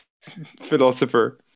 philosopher